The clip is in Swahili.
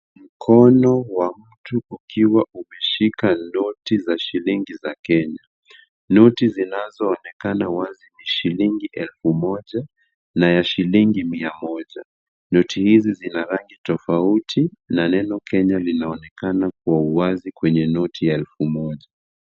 Mkono wa mtu ukiwa umeshika noti za shilingi za Kenya. Noti zinazoonekana wazi ni shilingi elfu moja na ya shilingi mia moja. Noti hizi zina rangi tofauti na neno Kenya linaonekana kwa uwazi kwenye noti ya elfu moja.